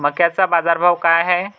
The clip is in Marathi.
मक्याचा बाजारभाव काय हाय?